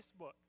Facebook